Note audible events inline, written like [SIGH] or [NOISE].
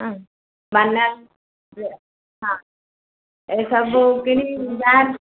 ହଁ [UNINTELLIGIBLE] ହଁ ଏ ସବୁ କିଣିକି